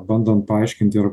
bandom paaiškint ir